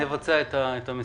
נבצע את המשימה.